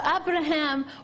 Abraham